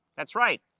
that's right,